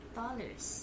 dollars